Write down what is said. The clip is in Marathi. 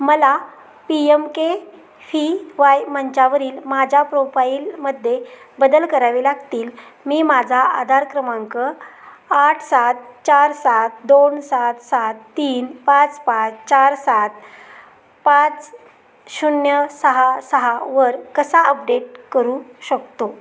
मला P M K V Y मंचावरील माझ्या प्रोपाईलमध्ये बदल करावे लागतील मी माझा आधार क्रमांक आठ सात चार सात दोन सात सात तीन पाच पाच चार सात पाच शून्य सहा सहावर कसा अपडेट करू शकतो